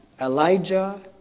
Elijah